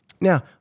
Now